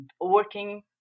working